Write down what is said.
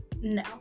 No